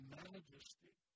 majesty